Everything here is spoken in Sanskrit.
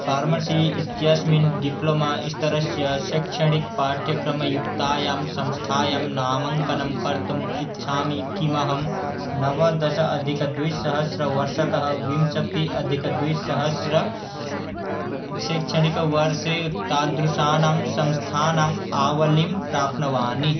फ़ार्मसी इत्यास्मिन् डिप्लमा इत्यस्य शैक्षणिकपाठ्यक्रमयुक्तायां संस्थायं नामाङ्कनं कर्तुम् इच्छामि किमहं नवदश अधिकद्विसहस्रतमवर्षतः विंशतिः अधिकद्विसहस्रतमशैक्षणिकवर्षे तादृशानां संस्थानाम् आवलिं प्राप्नवानि